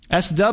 SW